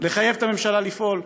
לחייב את הממשלה לפעול.